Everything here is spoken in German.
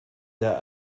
der